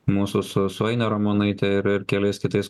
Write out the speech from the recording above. mūsų su su aine ramonaite ir ir keliais kitais